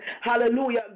Hallelujah